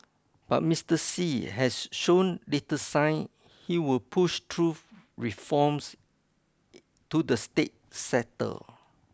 but Mister Xi has shown little sign he will push through reforms to the state sector